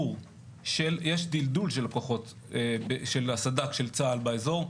יש דלדול של הכוחות, של הסד"כ של צה"ל באזור.